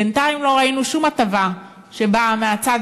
בינתיים לא ראינו שום הטבה שבאה מהצד